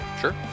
Sure